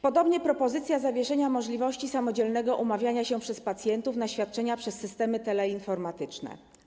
Podobnie jest z propozycją zawieszenia możliwości samodzielnego umawiania się przez pacjentów na świadczenia przez systemy teleinformatyczne.